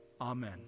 amen